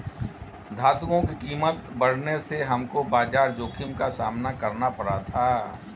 धातुओं की कीमत बढ़ने से हमको बाजार जोखिम का सामना करना पड़ा था